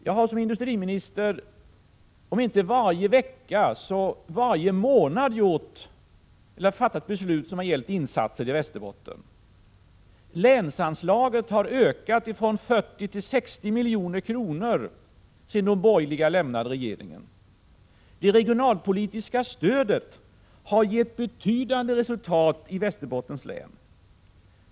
Jag har som industriminister om inte varje vecka så varje månad fattat beslut som gällt insatser i Västerbotten. Länsanslaget har ökat från 40 milj.kr. till 60 milj.kr. sedan de borgerliga lämnade regeringen. Det regionalpolitiska stödet har gett betydande resultat i Västerbottens län.